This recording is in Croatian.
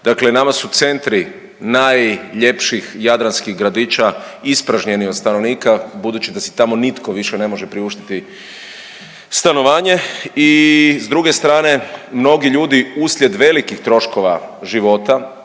dakle nama su centri najljepših jadranskih gradića ispražnjeni od stanovnika budući da si tamo nitko više ne može priuštiti stanovanje i s druge strane mnogi ljudi uslijed velikih troškova života,